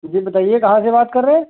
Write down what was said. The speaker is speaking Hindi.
जी बताईए कहाँ से बात कर रहे हैं